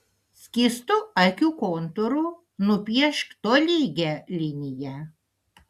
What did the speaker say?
skystu akių kontūru nupiešk tolygią liniją